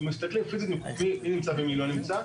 מסתכלים מי נמצא ומי לא נמצא.